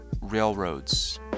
railroads